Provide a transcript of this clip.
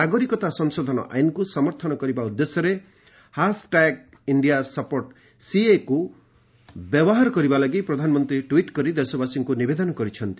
ନାଗରିକତା ସଂଶୋଧନ ଆଇନ୍କୁ ସମର୍ଥନ କରିବା ଉଦ୍ଦେଶ୍ୟରେ ହାସ୍ଟାଗ୍ ଇଣ୍ଡିଆ ସପୋର୍ଟ ସିଏଏକୁ ବ୍ୟବହାର କରିବା ଲାଗି ପ୍ରଧାନମନ୍ତ୍ରୀ ଟ୍ୱିଟ୍ କରି ଦେଶବାସୀଙ୍କୁ ନିବେଦନ କରିଛନ୍ତି